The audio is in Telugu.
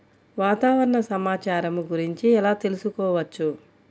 వాతావరణ సమాచారము గురించి ఎలా తెలుకుసుకోవచ్చు?